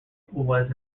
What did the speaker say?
was